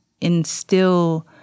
instill